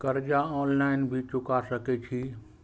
कर्जा ऑनलाइन भी चुका सके छी?